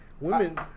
Women